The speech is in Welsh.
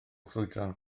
ffrwydron